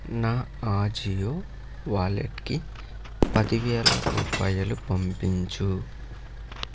నా ఆజియో వాలెట్కి పది వేల రూపాయలు పంపించుము